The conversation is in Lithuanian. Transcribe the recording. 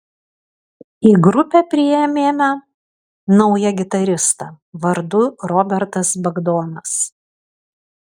į grupę priėmėme naują gitaristą vardu robertas bagdonas